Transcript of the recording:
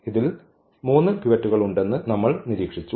ഇതിൽ 3 പിവറ്റുകൾ ഉണ്ടെന്ന് നമ്മൾ നിരീക്ഷിച്ചു